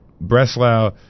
Breslau